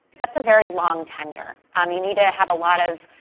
that's a very long tenure. um you need to have a lot of,